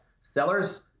Sellers